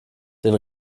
den